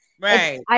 Right